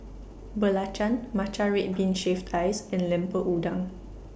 Belacan Matcha Red Bean Shaved Ice and Lemper Udang